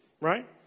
Right